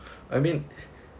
I mean